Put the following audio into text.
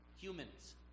humans